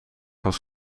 was